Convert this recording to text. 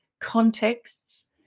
contexts